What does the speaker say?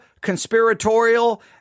conspiratorial